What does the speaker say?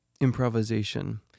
improvisation